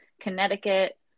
Connecticut